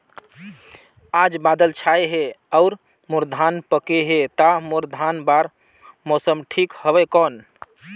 आज बादल छाय हे अउर मोर धान पके हे ता मोर धान बार मौसम ठीक हवय कौन?